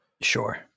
Sure